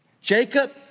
Jacob